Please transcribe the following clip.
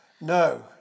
No